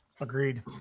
Agreed